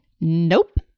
nope